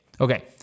Okay